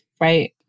right